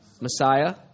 Messiah